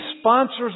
sponsors